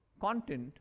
content